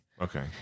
Okay